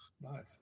Nice